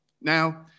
Now